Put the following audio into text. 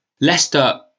Leicester